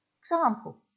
example